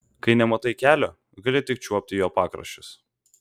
kai nematai kelio gali tik čiuopti jo pakraščius